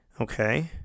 okay